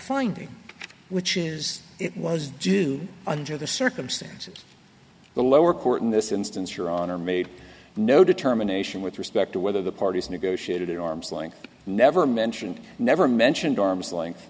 finding which is it was do under the circumstances the lower court in this instance your honor made no determination with respect to whether the parties negotiated at arm's length never mentioned never mentioned arm's length